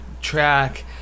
track